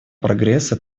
прогресса